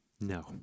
No